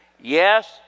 yes